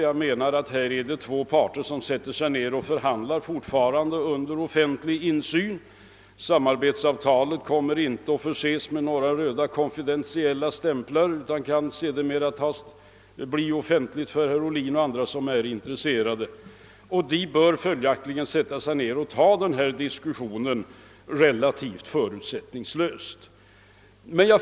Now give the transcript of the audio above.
Jag menar att det här rör sig om två parter som sätter sig ned till förhandlingar — fortfarande under offentlig insyn; samarbetsavtalet kommer inte att förses med några röda konfidentiella stämplar, utan det kan sedermera bli tillgängligt för herr Ohlin och andra som är intresserade av att studera det. De kan följaktligen slå sig ned och ta upp denna diskussion relativt förutsättningslöst.